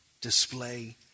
display